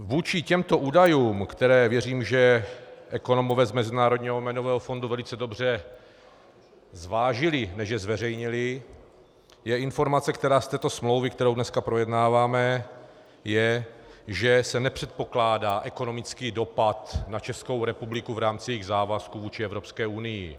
Vůči těmto údajům, které věřím, že ekonomové z Mezinárodního měnového fondu velice dobře zvážili, než je zveřejnili, je informace, která z této smlouvy, kterou dneska projednáváme, je, že se nepředpokládá ekonomický dopad na Českou republiku v rámci jejích závazků vůči Evropské unii.